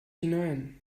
hinein